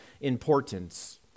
importance